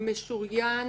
משוריין